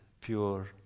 pure